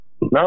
No